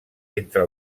entre